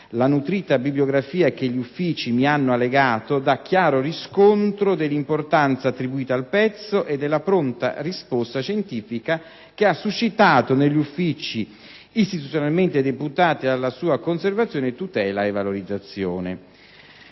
La nutrita bibliografia che gli uffici mi hanno allegato dà chiaro riscontro dell'importanza attribuita al pezzo e della pronta risposta scientifica che ha suscitato negli uffici istituzionalmente deputati alla sua conservazione, tutela e valorizzazione.